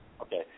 Okay